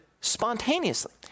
spontaneously